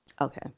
okay